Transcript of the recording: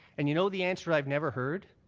and you know the answer i've never heard?